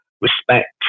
respect